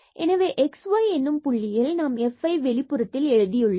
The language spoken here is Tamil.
எனவே xy எனும் புள்ளியில் நாம் fஐ வெளிப்புறத்தில் எழுதியுள்ளோம்